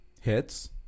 hits